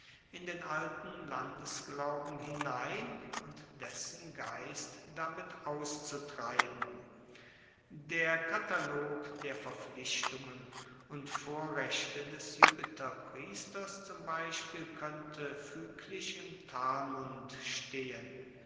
in den alten landesglauben hinein und dessen geist damit auszutreiben der katalog der verpflichtungen und vorrechte des jupiterpriesters zum beispiel koennte fueglich im talmud stehen